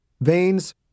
veins